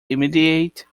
immediate